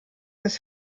des